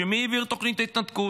כשמי העביר את תוכנית ההתנתקות?